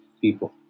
people